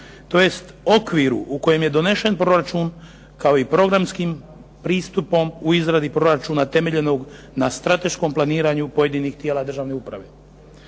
tj. okviru u kojem je donesen proračun, kao i programskim pristupom u izradi proračuna temeljenom na strateškom planiranju pojedinih tijela državne uprave.